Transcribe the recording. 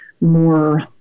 more